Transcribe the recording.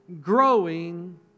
growing